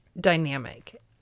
dynamic